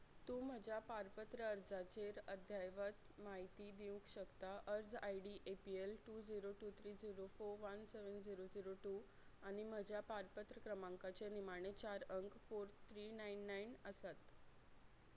तूं म्हज्या पारपत्र अर्जाचेर अध्यायवत म्हायती दिवंक शकता अर्ज I D A P L two zero two three zero four one seven zero zero two आनी म्हज्या पारपत्र क्रमांकाचे निमाणे चार अंक फोर त्री नायन नायन आसात